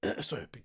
Sorry